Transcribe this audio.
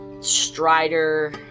Strider